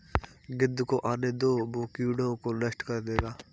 गिद्ध को आने दो, वो कीड़ों को नष्ट कर देगा